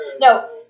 No